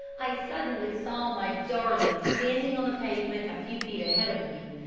i suddenly saw my darling standing on the pavement a few feet ahead of me,